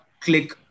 click